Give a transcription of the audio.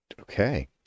Okay